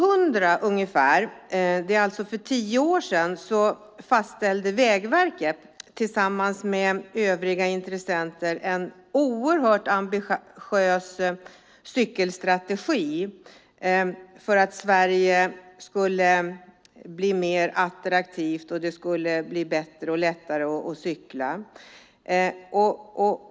Ungefär år 2000, alltså för tio år sedan, fastställde Vägverket tillsammans med övriga intressenter en oerhört ambitiös cykelstrategi för att Sverige skulle bli mer attraktivt och för att det skulle bli bättre och lättare att cykla.